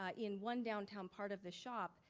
ah in one downtown part of the shop,